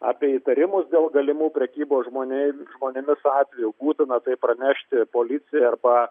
apie įtarimus dėl galimų prekybos žmonėm žmonėmis atvejų būtina tai pranešti policijai arba